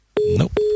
Nope